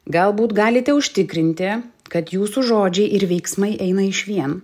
galbūt galite užtikrinti kad jūsų žodžiai ir veiksmai eina išvien